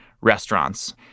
restaurants